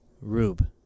Rube